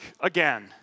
again